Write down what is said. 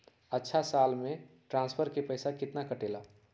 अछा साल मे ट्रांसफर के पैसा केतना कटेला?